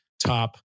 top